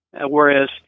Whereas